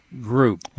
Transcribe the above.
group